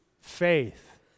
faith